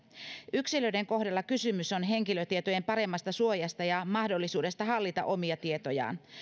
yksilöiden kohdalla kysymys on henkilötietojen paremmasta suojasta ja mahdollisuudesta hallita omia tietojaan